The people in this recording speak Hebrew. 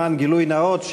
למען גילוי נאות,